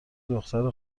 دختر